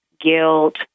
guilt